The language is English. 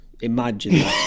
Imagine